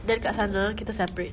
then kat sana kita separate